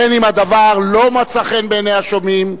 בין שהדבר לא מצא חן בעיני השומעים.